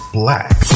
black